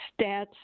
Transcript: stats